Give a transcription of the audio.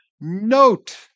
note